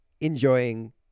enjoying